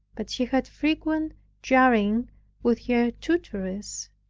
but she had frequent jarring with her tutoress